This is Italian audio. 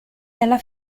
dalla